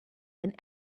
and